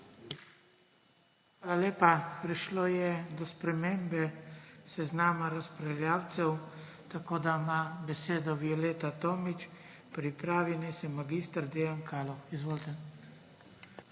Hvala lepa. Prišlo je do spremembe seznama razpravljavcev, tako da ima besedo Violeta Tomić, pripravi naj se mag. Dejan Kaloh. Izvolite